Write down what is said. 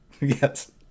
yes